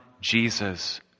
Jesus